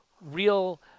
real